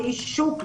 כאיש שוק,